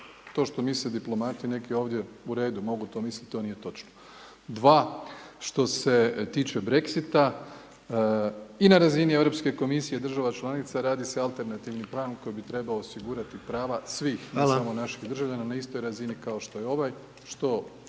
To što nisu diplomati neki ovdje, u redu, mogu to misliti, to nije točno. Dva, što se tiče Brexita, i na razini Europske komisije država članica, radi se alternativni .../Govornik se ne razumije./... koji bi trebao osigurati prava svih, ne samo naših državljana na istoj razini kao što je ovaj,